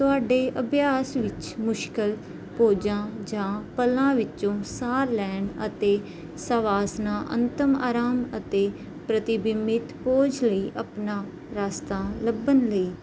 ਤੁਹਾਡੇ ਅਭਿਆਸ ਵਿੱਚ ਮੁਸ਼ਕਿਲ ਖੋਜਾਂ ਜਾਂ ਪਲਾਂ ਵਿੱਚੋਂ ਸਾਹ ਲੈਣ ਅਤੇ ਸਵਾਸਨਾ ਅੰਤਿਮ ਅਰਾਮ ਅਤੇ ਪ੍ਰਤੀਬਿੰਬਿਤ ਖੋਜ ਲਈ ਆਪਣਾ ਰਸਤਾ ਲੱਭਣ ਲਈ